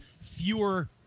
fewer